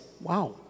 Wow